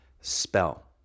spell